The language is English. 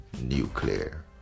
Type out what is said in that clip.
nuclear